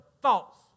thoughts